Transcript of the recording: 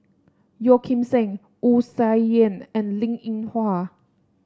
Yeo Kim Seng Wu Tsai Yen and Linn In Hua